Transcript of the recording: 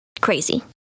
crazy